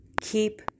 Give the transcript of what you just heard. Keep